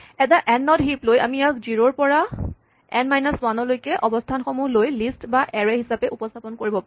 এটা n node heap লৈ আমি ইয়াক জিৰ' ৰ পৰা এন মাইনাছ ৱান লৈকে অৱস্হানসমূহ লৈ লিষ্ট বা এৰে হিচাপে উপস্হাপন কৰিব পাৰো